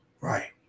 Right